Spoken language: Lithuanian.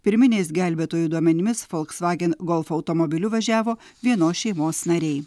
pirminiais gelbėtojų duomenimis volkswagen golf automobiliu važiavo vienos šeimos nariai